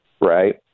right